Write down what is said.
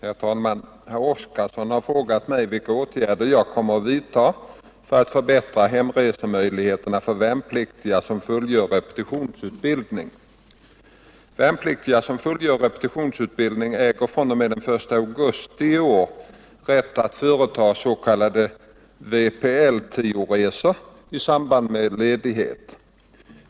Herr talman! Herr Oskarson har frågat mig vilka åtgärder jag kommer att vidta för att förbättra hemresemöjligheterna för värnpliktiga som fullgör repetitionsutbildning. Värnpliktiga som fullgör repetitionsutbildning äger fr.o.m. den 1 augusti i år rätt att företa s.k. Vpl-10-resor i samband med ledighet.